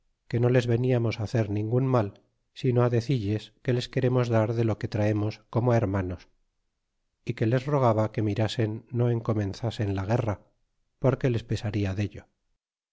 que nos les veniamos hacer ningun mal sino decilles que les queremos dar de lo que traemos como hermanos é que les rogaba que mirasen no en comenzasen la guerra porque les pesaria dello